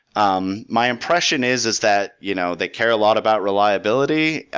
um my impression is, is that you know they care a lot about reliability,